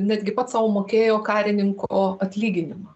netgi pats sau mokėjo karininko atlyginimą